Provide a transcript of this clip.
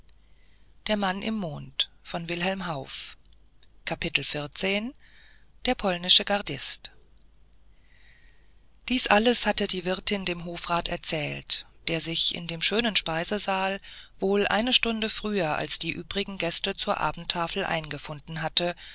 der polnische gardist dies alles hatte die wirtin dem hofrat erzählt der sich in dem schönen speisesaal wohl eine stunde früher als die übrigen gäste zur abendtafel eingefunden hatte